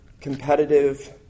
competitive